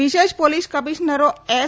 વિશેષ પોલીસકમિશનરો એસ